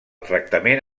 tractament